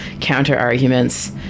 counter-arguments